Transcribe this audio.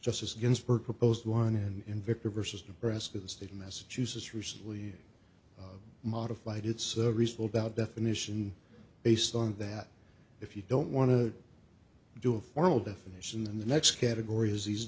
justice ginsburg proposed one and in victor versus nebraska the state massachusetts recently modified it's reasonable doubt definition based on that if you don't want to do a formal definition then the next category is these